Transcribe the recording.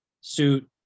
suit